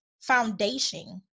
foundation